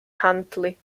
huntly